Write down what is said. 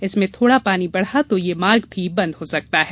इसमें थोड़ा पानी बढ़ा तो यह मार्ग भी बंद हो सकता है